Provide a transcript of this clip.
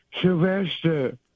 Sylvester